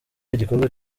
igikorwa